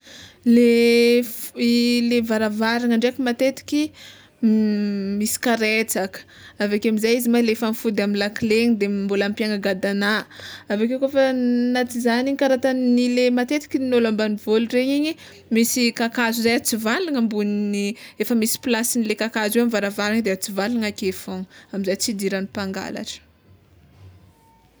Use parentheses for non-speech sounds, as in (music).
Le i (hesitation) le varavarana ndraiky matetiky (hesitation) misy karetsaka aveke amizay ma le fa afody amy lakile igny de mbola ampiagna gadana, aveke koa fa fa na tsy zany kara ataonile matetiky ny ôlo ambanivolo regny igny misy kakazo zay tsivalana ambonin'ny, efa misy plasenle kakazo eo amy varavarana de atsivala ake fôgna amizay tsy hidiran'ny mpangalatra.